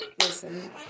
Listen